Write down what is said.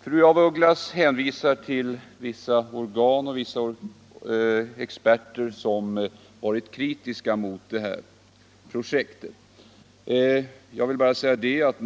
Fru af Ugglas hänvisar till vissa organ och experter som varit kritiska mot det här projektet. Jag vill påpeka att